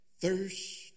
thirst